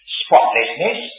spotlessness